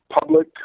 public